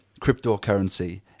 cryptocurrency